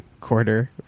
quarter